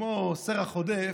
כמו סרח עודף,